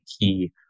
key